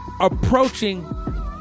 approaching